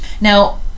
now